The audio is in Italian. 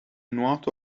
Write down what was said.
nuoto